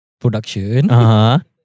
production